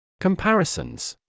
Comparisons